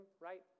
right